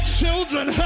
children